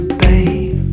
babe